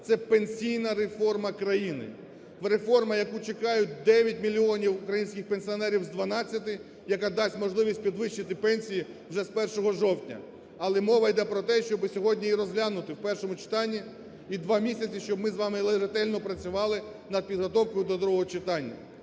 це пенсійна реформа країни. Реформа, яку чекають 9 мільйонів українських пенсіонерів з 12, яка дасть можливість підвищити пенсії вже з 1 жовтня. Але мова йде про те, щоб сьогодні її розглянути в першому читанні, і два місяці, щоб ми з вами ретельно працювали над підготовкою до другого читання.